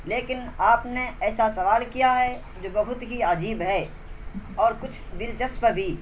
لیکن آپ نے ایسا سوال کیا ہے جو بہت ہی عجیب ہے اور کچھ دلچسپ بھی